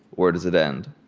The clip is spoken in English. where does it end?